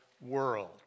world